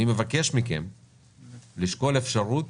אני מבקש מכם לשקול אפשרות